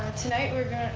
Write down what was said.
tonight we're going